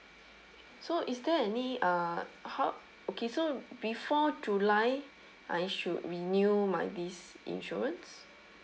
so is there any uh how okay so before july I should renew my this insurance